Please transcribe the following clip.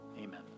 Amen